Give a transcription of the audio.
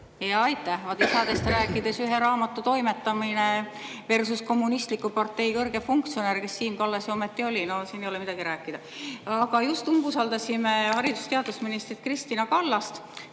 Aitäh! Vaat isadest rääkides, ühe raamatu toimetamineversuskommunistliku partei kõrge funktsionäär, kes Siim Kallas ju ometi oli – no siin ei ole midagi rääkida. Aga just umbusaldasime haridus- ja teadusminister Kristina Kallast.